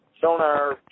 sonar